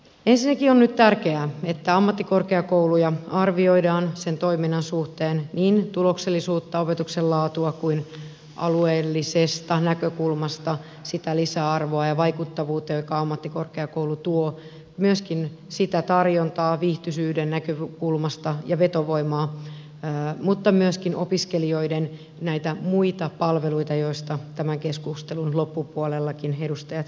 ensinnäkin on nyt tärkeää että ammattikorkeakouluja arvioidaan sen toiminnan suhteen niin tuloksellisuutta opetuksen laatua kuin alueellisesta näkökulmasta sitä lisäarvoa ja vaikuttavuutta jota ammattikorkeakoulu tuo myöskin tarjontaa viihtyisyyden näkökulmasta ja vetovoimaa mutta myöskin opiskelijoiden muita palveluita joista tämän keskustelun loppupuolellakin edustajat käyttivät puheenvuoroja